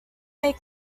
may